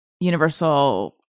universal